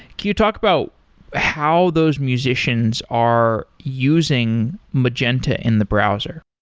can you talk about how those musicians are using magenta in the browser?